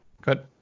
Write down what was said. good